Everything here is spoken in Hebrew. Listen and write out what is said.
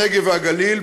הנגב והגליל,